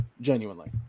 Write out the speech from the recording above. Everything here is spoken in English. Genuinely